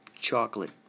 chocolate